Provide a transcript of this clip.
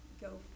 go